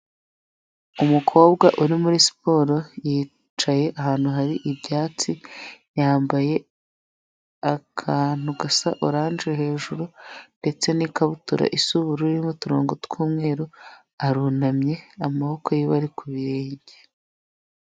Umukobwa uri muri siporo, yicaye ahantu hari ibyatsi, yambaye akantu gasa oranje hejuru ndetse n'ikabutura isa ubururu irimo uturongo tw'umweru, arunamye amaboko yiwe ari ku birenge.